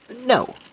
No